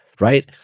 right